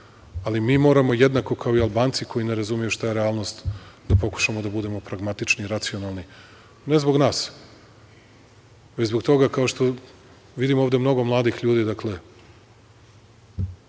ali mi moramo jednako, kao i Albanci koji ne razumeju šta je realnost da pokušamo da budemo pragmatični, racionalni, ne zbog nas, već zbog toga, kao što vidimo ovde mnogo mladih ljudi